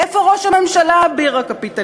איפה ראש הממשלה, אביר הקפיטליזם?